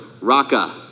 Raka